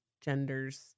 genders